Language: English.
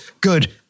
good